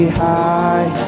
high